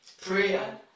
prayer